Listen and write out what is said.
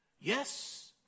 yes